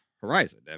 horizon